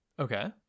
okay